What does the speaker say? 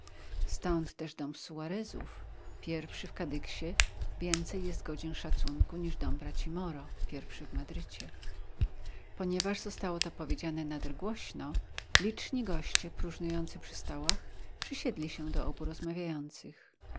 stąd też dom suarezów pierwszy w kadyksie więcej jest godzien szacunku niż dom braci moro pierwszy w madrycie ponieważ zostało to powiedziane nader głośno liczni goście próżnujący przy stołach przysiedli się do obu